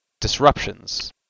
disruptions